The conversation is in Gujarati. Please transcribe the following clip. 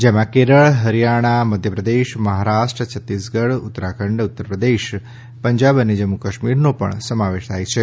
જેમાં કેરળ હરિયાણા મધ્યપ્રદેશ મહારાષ્ટ્ર છત્તીસગઢ ઉત્તરાખંડ ઉત્તરપ્રદેશ પંજાબ અને જમ્મુ કાશ્મીરનો સમાવેશ થાય છે